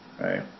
right